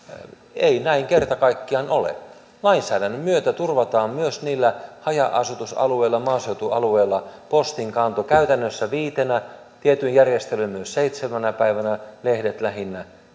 ei näin kerta kaikkiaan ole lainsäädännön myötä turvataan myös haja asutusalueilla maaseutualueilla postinkanto käytännössä viitenä tietyin järjestelyin myös seitsemänä päivänä lehdet lähinnä